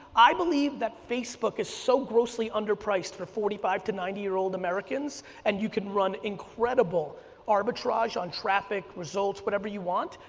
i believe that facebook is so grossly under priced for forty five to ninety year old americans, and you can run incredible arbitrage on traffic results, whatever you want,